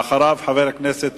אחריו, חבר הכנסת